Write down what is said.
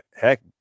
heck